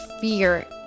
fear